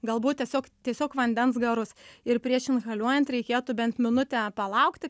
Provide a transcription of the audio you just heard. galbūt tiesiog tiesiog vandens garus ir prieš inhaliuojant reikėtų bent minutę palaukti